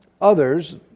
others